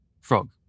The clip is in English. Frog